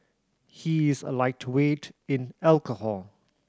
he is a lightweight in alcohol